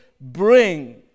bring